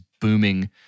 booming